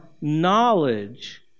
knowledge